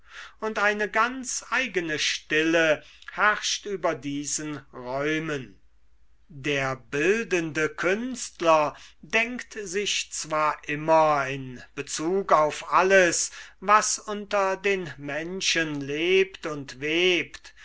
und eine ganz eigene stille herrscht über diesen räumen der bildende künstler denkt sich zwar immer in bezug auf alles was unter den menschen lebt und webt